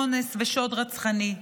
אונס ושוד רצחני.